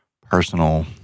personal